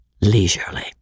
leisurely